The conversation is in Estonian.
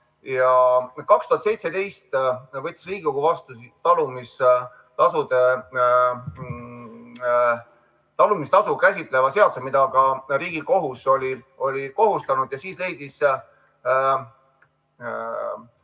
2017 võttis Riigikogu vastu talumistasu käsitleva seaduse, mida ka Riigikohus oli kohustanud, ja siis leidis Riigikogu,